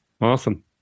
Awesome